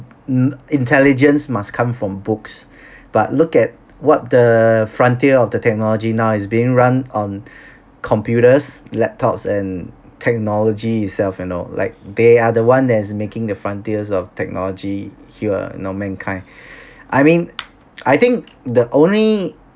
mm intelligence must come from books but look at what the frontier of the technology now is being run on computers laptops and technology itself you know like they are the one that is making the frontiers of technology here you know mankind I mean I think the only